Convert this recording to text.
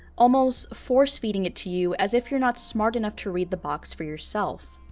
almost force-feeding it to you, as if you're not smart enough to read the box for yourself.